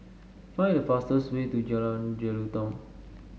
find the fastest way to Jalan Jelutong